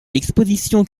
l’exposition